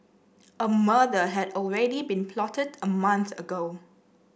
a murder had already been plotted a month ago